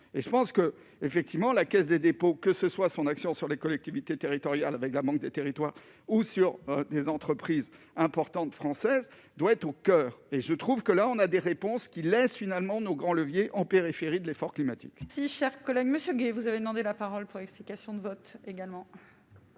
et je pense que, effectivement, la Caisse des dépôts, que ce soit son action sur les collectivités territoriales, avec la banque des territoires ou sur des entreprises importantes française doit être au coeur et je trouve que là on a des réponses qui laisse finalement nos grands leviers en périphérie de l'effort climatique. Si cher collègue Monsieur Gay, vous avez demandé la parole, explications de vote également.